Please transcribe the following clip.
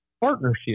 partnership